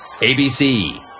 abc